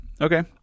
Okay